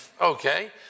Okay